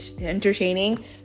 entertaining